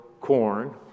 corn